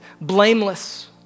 blameless